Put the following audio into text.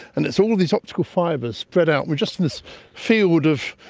and it's all these optical fibres spread out. we are just in this field of,